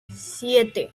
siete